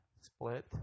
Split